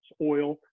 oil